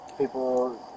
people